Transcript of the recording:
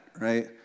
right